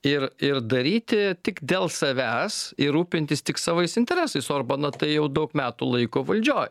ir ir daryti tik dėl savęs ir rūpintis tik savais interesais orbaną tai jau daug metų laiko valdžioj